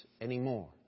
anymore